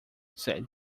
said